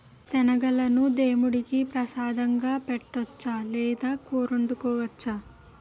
శనగలను దేముడికి ప్రసాదంగా పెట్టొచ్చు లేదా కూరొండుకోవచ్చు